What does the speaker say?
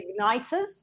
igniters